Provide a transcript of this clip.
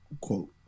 Quote